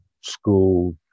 school